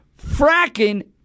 fracking